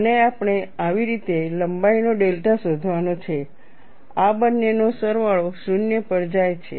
અને આપણે આવી રીતે લંબાઈનો ડેલ્ટા શોધવાનો છે આ બંનેનો સરવાળો 0 પર જાય છે